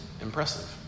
impressive